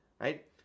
right